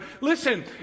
Listen